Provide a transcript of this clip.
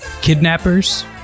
kidnappers